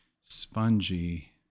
spongy